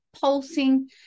pulsing